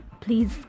please